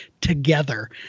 together